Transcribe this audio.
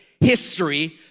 history